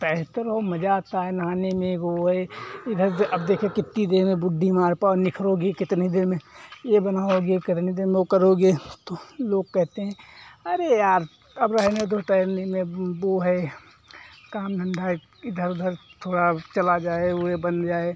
तैरते रहो मजा आता है नहाने में वो ए अब देखिए कित्ती देर में बुड्डी मारकर निखरोगे कितनी देर में ये बनाओगे करम धंधा करोगे तो लोग कहते हैं अरे यार अब रहने दो टाइम नहीं अब वो है काम धंधा है इधर उधर थोड़ा चला जाए ये बन जाए